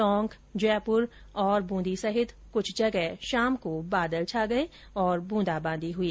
टोंक जयपुर बूंदी सहित कुछ जगह शाम को बादल छा गए और ब्रंदाबादी हुई